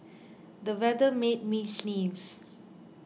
the weather made me sneeze